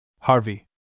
Harvey